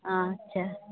আচ্ছা